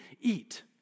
eat